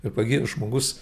ir pagijo žmogus